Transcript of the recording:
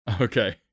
Okay